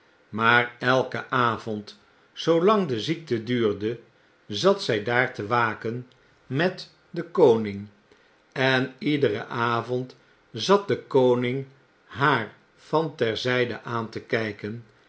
maar elken avond zoolang de ziekte duurde zat zy daar te waken met den koning en iederen avond zat de koning haar van ter zyde aan te kyken